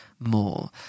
more